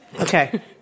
Okay